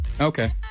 Okay